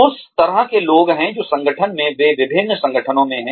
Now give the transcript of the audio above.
उस तरह के लोग हैं जैसे संगठन में वे विभिन्न संगठनों में हैं